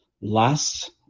last